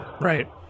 right